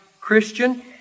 Christian